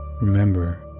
Remember